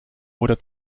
oder